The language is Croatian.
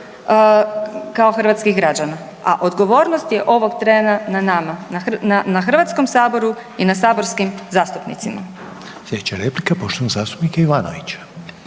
kao hrvatskih građana. A odgovornost je ovog trena na nama, na Hrvatskom saboru i na saborskim zastupnicima. **Reiner, Željko (HDZ)** Slijedeća replika poštovanog zastupnika Ivanovića.